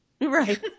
Right